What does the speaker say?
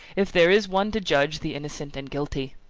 if there is one to judge the innocent and guilty!